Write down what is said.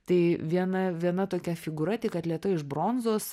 tai viena viena tokia figūra tik atlieta iš bronzos